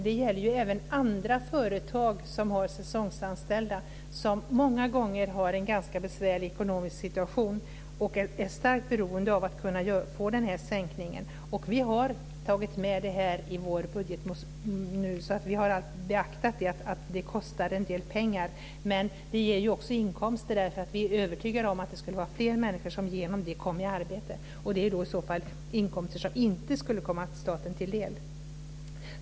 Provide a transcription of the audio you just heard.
Det gäller även andra företag som har säsongsanställda, som många gånger har en ganska besvärlig ekonomisk situation och som är starkt beroende av att kunna få den här sänkningen. Vi har tagit med det här nu, så vi har beaktat att det kostar en del pengar. Men det ger också inkomster. Vi är övertygade om att fler människor skulle komma i arbete genom detta. Det är i så fall inkomster som inte skulle komma staten till del.